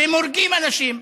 שהם הורגים אנשים,